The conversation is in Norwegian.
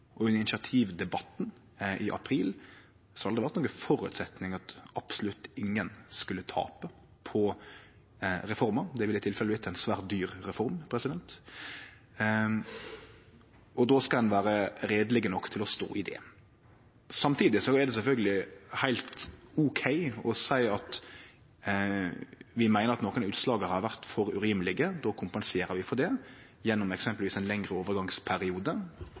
og under initiativdebatten i april, har det aldri vore nokon føresetnad at absolutt ingen skulle tape på reforma. Det ville i tilfellet vorte ei svært dyr reform. Og då skal ein vere reieleg nok til å stå i det. Samtidig er det sjølvsagt heilt ok å seie at vi meiner at nokre av utslaga har vore for urimelege, og då kompenserer vi for det gjennom eksempelvis ein lengre overgangsperiode.